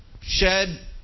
shed